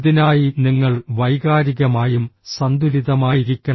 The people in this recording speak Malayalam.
ഇതിനായി നിങ്ങൾ വൈകാരികമായും സന്തുലിതമായിരിക്കണം